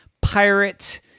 pirate